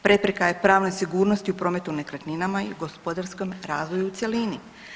Prepreka je pravnoj sigurnosti u prometu nekretninama i gospodarskom razvoju u cjelini.